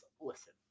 listen